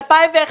מ-2001.